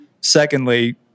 Secondly